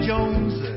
Jones